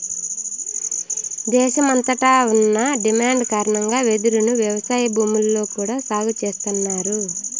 దేశమంతట ఉన్న డిమాండ్ కారణంగా వెదురును వ్యవసాయ భూముల్లో కూడా సాగు చేస్తన్నారు